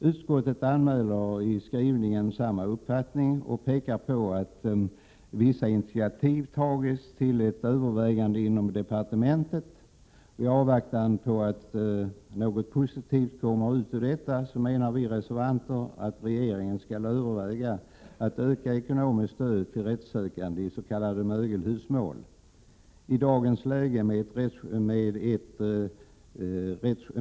Utskottet anmäler i skrivningen samma uppfattning och pekar på att vissa initiativ tagits till ett övervägande inom departementet. I avvaktan på att något positivt kommer ut av detta menar vi reservanter att regeringen skall överväga ett ökat ekonomiskt stöd till rättssökanden i s.k. mögelhusmål.